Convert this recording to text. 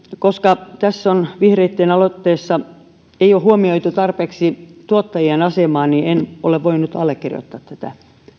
koska tässä vihreitten aloitteessa ei ole huomioitu tarpeeksi tuottajien asemaa en ole voinut allekirjoittaa tätä